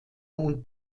und